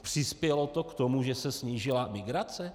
Přispělo to k tomu, že se snížila migrace?